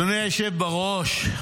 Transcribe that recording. אדוני היושב בראש,